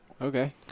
Okay